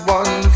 one